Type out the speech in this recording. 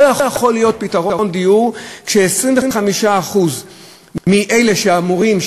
לא יכול להיות פתרון דיור כש-25% מאלה שאמורים,